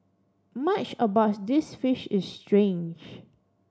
much about this fish is strange